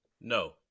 No